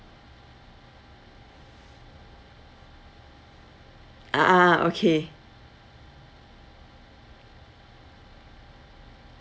ah ah ah okay